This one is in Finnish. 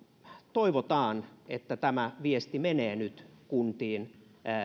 toivotaan että tämä viesti menee nyt kuntiin